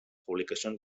publicacions